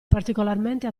particolarmente